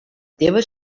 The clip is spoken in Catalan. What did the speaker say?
teua